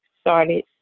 started